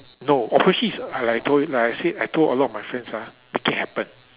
no obviously it's I like told like I said I told a lot of my friends ah make it happen